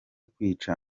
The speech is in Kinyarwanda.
kwica